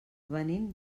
venim